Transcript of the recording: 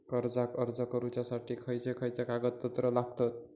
कर्जाक अर्ज करुच्यासाठी खयचे खयचे कागदपत्र लागतत